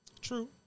True